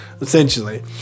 essentially